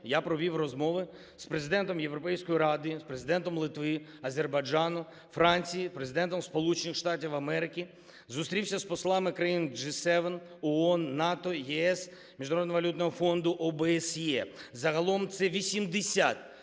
я провів розмови з Президентом Європейської ради, з Президентом Литви, Азербайджану, Франції, Президентом Сполучених Штатів Америки, зустрівся з послами країн G7, ООН, НАТО, ЄС, Міжнародного валютного фонду, ОБСЄ. Загалом – це 80